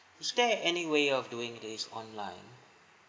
is there any way of doing this online